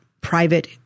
private